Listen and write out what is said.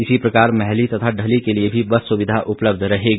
इसी प्रकार मैहली तथा ढली के लिए भी बस सुविधा उपलब्ध रहेगी